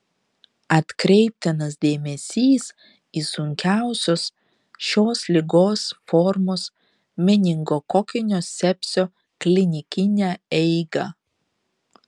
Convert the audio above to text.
atkreiptinas dėmesys į sunkiausios šios ligos formos meningokokinio sepsio klinikinę eigą